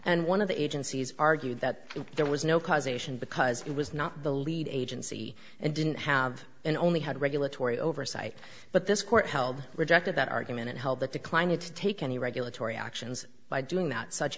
and one of the agencies argued that there was no causation because it was not the lead agency and didn't have and only had regulatory oversight but this court held rejected that argument and held that declined to take any regulatory actions by doing that such